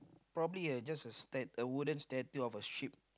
probably it's just a steep the wooden static of a sheep